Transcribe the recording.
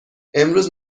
امروز